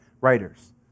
writers